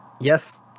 yes